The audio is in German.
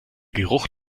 geruch